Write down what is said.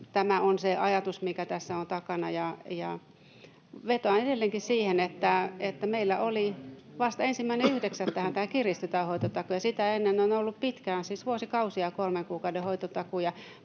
Tämä on se ajatus, mikä tässä on takana. Vetoan edelleenkin [Harry Harkimon välihuuto] siihen, että meillä vasta 1.9.:hän kiristyi tämä hoitotakuu, ja sitä ennen on ollut pitkään, siis vuosikausia, kolmen kuukauden hoitotakuu.